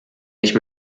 nicht